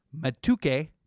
matuke